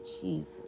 Jesus